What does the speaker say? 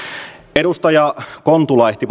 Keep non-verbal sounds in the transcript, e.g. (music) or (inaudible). edustaja kontula ehti (unintelligible)